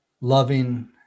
loving